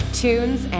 tunes